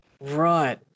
Right